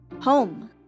home